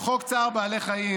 חוק צער בעלי חיים